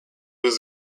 was